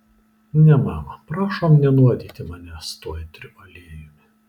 ne mama prašom nenuodyti manęs tuo aitriu aliejumi